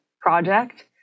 project